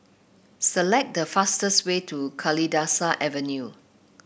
select the fastest way to Kalidasa Avenue